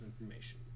information